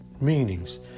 meanings